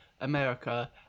america